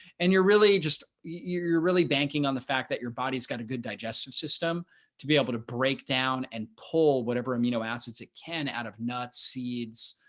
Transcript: and you're really just you're really banking on the fact that your body's got a good digestive system to be able to break down and pull whatever amino acids it can out of nuts, seeds,